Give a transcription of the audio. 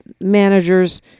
managers